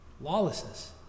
Lawlessness